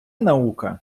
наука